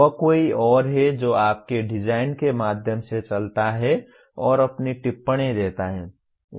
वह कोई और है जो आपके डिजाइन के माध्यम से चलता है और अपनी टिप्पणी देता है